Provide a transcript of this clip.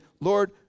Lord